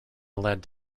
led